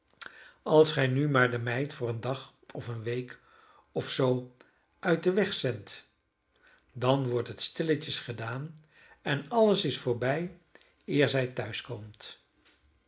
als gij nu maar de meid voor een dag of eene week of zoo uit den weg zendt dan wordt het stilletjes gedaan en alles is voorbij eer zij